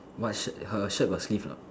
what shirt her shirt got sleeve or not